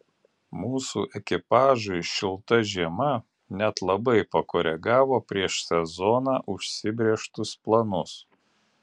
mūsų ekipažui šilta žiema net labai pakoregavo prieš sezoną užsibrėžtus planus